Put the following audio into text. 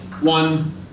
one